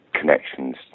connections